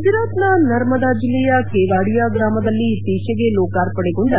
ಗುಜರಾತ್ನ ನರ್ಮದಾ ಜಿಲ್ಲೆಯ ಕೇವಾಡಿಯಾ ಗ್ರಾಮದಲ್ಲಿ ಇತ್ತೀಚೆಗೆ ಲೋಕಾರ್ಪಣೆಗೊಂಡ